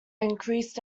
increased